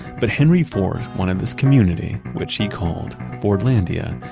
but henry ford wanted this community, which he called fordlandia,